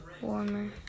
warmer